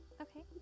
okay